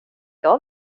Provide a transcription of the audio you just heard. jag